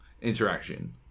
interaction